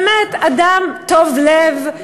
באמת אדם טוב לב,